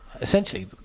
Essentially